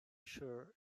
sure